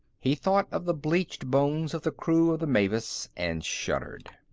he thought of the bleached bones of the crew of the mavis, and shuddered.